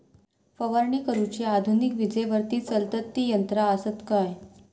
फवारणी करुची आधुनिक विजेवरती चलतत ती यंत्रा आसत काय?